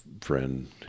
friend